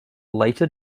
later